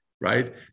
right